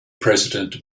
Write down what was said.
president